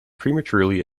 prematurely